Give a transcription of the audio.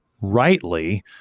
rightly